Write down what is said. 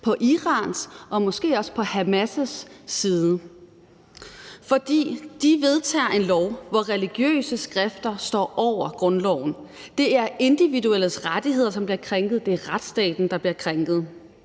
på Irans og måske også på Hamas' side, fordi de vedtager en lov, hvor religiøse skrifter står over grundloven. Det er de individuelle rettigheder, som bliver krænket; det er retsstaten, der bliver krænket.